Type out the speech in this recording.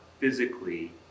physically